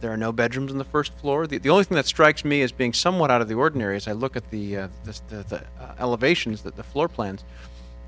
there are no bedrooms in the first floor the only thing that strikes me as being somewhat out of the ordinary as i look at the list that elevation is that the floor plans